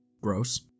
Gross